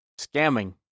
scamming